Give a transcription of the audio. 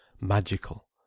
magical